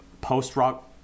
post-rock